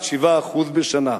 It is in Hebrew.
עד 7% בשנה.